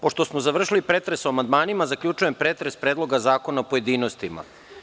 Pošto smo završili pretres o amandmanima, zaključujem pretres Predloga zakona u pojedinostima.